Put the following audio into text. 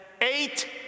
eight